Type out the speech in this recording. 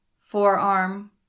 forearm